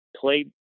played